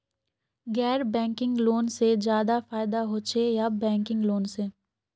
गैर banking loan से ज्यादा फायदा होचे या बैंकिंग लोन से?